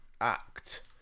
act